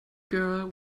girl